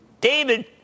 David